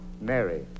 Mary